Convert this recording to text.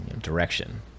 direction